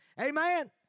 Amen